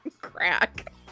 crack